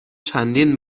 چندین